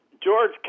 George